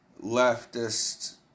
leftist